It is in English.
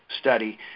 study